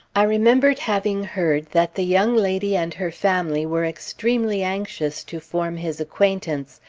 i remembered having heard that the young lady and her family were extremely anxious to form his acquaintance,